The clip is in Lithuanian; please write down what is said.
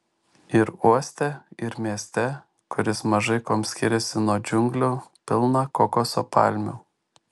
ir uoste ir mieste kuris mažai kuom skiriasi nuo džiunglių pilna kokoso palmių